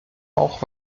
auch